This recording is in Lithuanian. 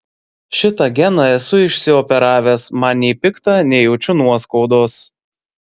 šitą geną esu išsioperavęs man nei pikta nei jaučiu nuoskaudos